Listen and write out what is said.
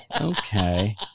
Okay